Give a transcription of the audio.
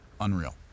Unreal